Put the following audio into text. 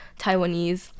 Taiwanese